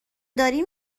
داریم